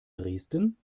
dresden